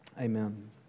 Amen